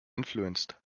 influenced